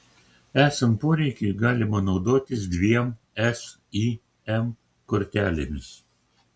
esant poreikiui galima naudotis dviem sim kortelėmis